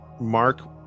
mark